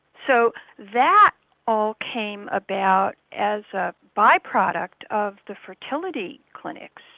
so that all came about as a by-product of the fertility clinics.